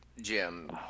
Jim